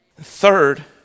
Third